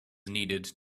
needed